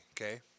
okay